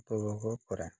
ଉପଭୋଗ କରେ